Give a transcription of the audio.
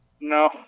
No